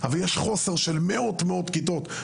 אבל יש חוסר של מאות כיתות,